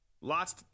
lots